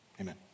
Amen